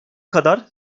kadar